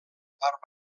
part